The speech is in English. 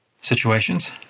situations